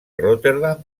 rotterdam